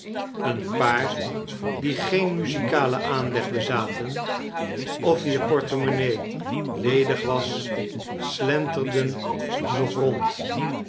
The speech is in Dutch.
een paar die geen muzikalen aanleg bezaten of wier portemonnaie ledig was slenterden nog rond